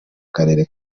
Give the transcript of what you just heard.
karere